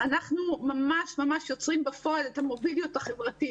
אנחנו ממש יוצרים בפועל את המוביליות החברתית,